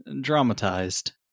dramatized